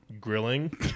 grilling